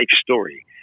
story